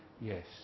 Yes